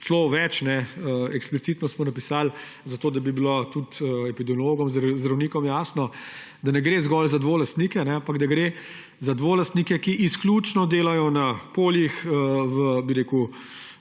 več, eksplicitno smo napisali, zato da bi bilo tudi epidemiologom, zdravnikom jasno, da ne gre zgolj za dvolastnike, ampak da gre za dvolastnike, ki izključno delajo na poljih in ne